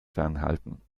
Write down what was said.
fernhalten